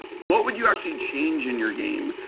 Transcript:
what would you actually change in your game?